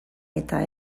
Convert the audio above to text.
eta